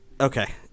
okay